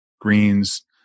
greens